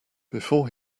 before